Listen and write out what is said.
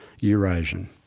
Eurasian